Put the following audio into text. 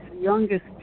youngest